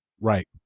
Right